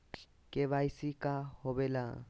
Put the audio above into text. KYC का होवेला?